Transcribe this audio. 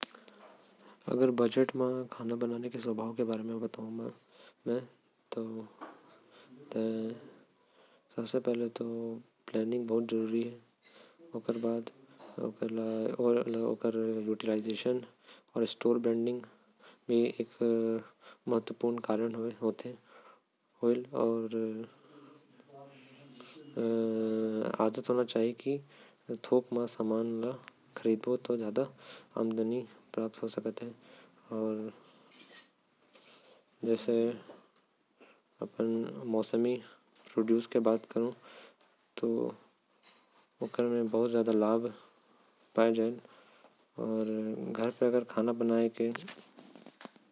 बजट म गुडवत्ता खाना खाये बर पहले तो। तोके एक ठो योजना बनाना पढ़ी। खाना स्टोर करके रखना पढ़ी ओकर बाद तैं बजट म। अच्छा खाना खा सकत हस।